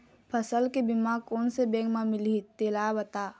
फसल के बीमा कोन से बैंक म मिलही तेला बता?